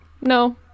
no